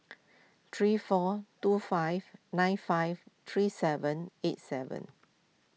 three four two five nine five three seven eight seven